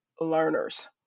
learners